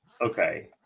Okay